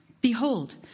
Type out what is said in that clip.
Behold